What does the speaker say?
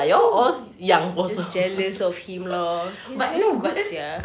all so just jealous of him lor he's very good sia